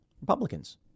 Republicans